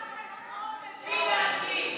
לא ייאמן.